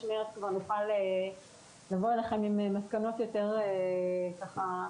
מרץ נוכל לבוא אליכם עם מסקנות יותר מהודקות.